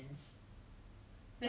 life has moved on